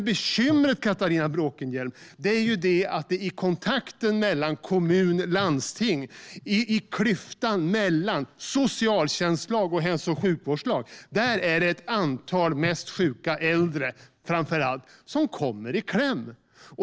Bekymret, Catharina Bråkenhielm, är dock att det i kontakten mellan kommun och landsting och i klyftan mellan socialtjänstlag och hälso och sjukvårdslag finns ett antal sjuka äldre, framför allt, som kommer i kläm.